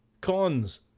Cons